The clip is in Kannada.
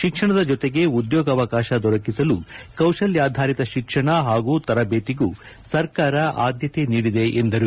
ಶಿಕ್ಷಣದ ಜೊತೆಗೆ ಉದ್ಯೋಗಾವಕಾಶ ದೊರಕಿಸಲು ಕೌಶಲ್ಕಾಧಾರಿತ ಶಿಕ್ಷಣ ಹಾಗೂ ತರಬೇತಿಗೂ ಸರ್ಕಾರ ಆದ್ಯತೆ ನೀಡಿದೆ ಎಂದರು